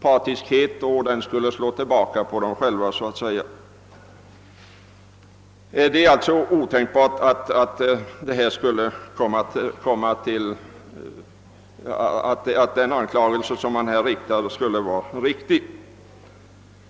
partiskhet komma att slå tillbaka på dem själva. Det är alltså otänkbart att den anklagelse man riktar mot LO-representanterna skulle vara riktig.